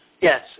Yes